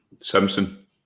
Simpson